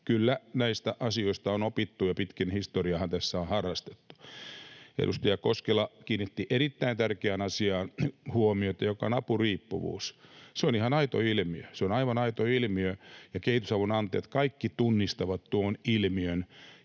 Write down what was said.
Kyllä, näistä asioista on opittu ja pitkin historiaahan tässä on harrastettu. Edustaja Koskela kiinnitti huomiota erittäin tärkeään asiaan, joka on apuriippuvuus. Se on ihan aito ilmiö. Se on aivan aito ilmiö, ja kehitysavun antajat kaikki tunnistavat tuon ilmiön.